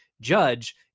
judge